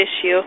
issue